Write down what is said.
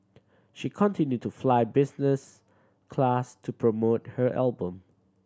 she continued to fly business class to promote her album